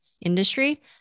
industry